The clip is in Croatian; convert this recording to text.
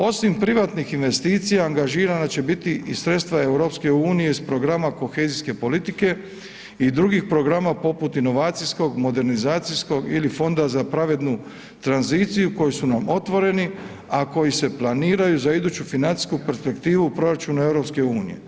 Osim privatnih investicija angažirana će biti i sredstva EU iz programa Kohezijske politike i drugih programa poput inovacijskog, modernizacijskog ili fonda za pravednu tranziciju koji su nam otvoreni, a koji se planiraju za iduću financiju perspektivu u proračunu EU.